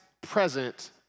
present